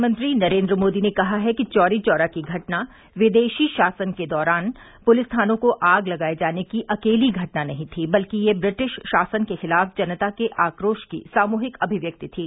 प्रधानमंत्री नरेन्द्र मोदी ने कहा है कि चौरी चौरा की घटना विदेशी शासन के दौरान पुलिस थानों को आग लगाए जाने की अकेली घटना नहीं थी बल्कि यह ब्रिटिश शासन के खिलाफ जनता के आक्रोश की सामूहिक अभिव्यक्ति थी